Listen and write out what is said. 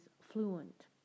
fluent